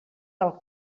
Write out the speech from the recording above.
del